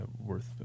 worth